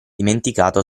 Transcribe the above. dimenticato